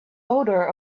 odor